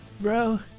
Bro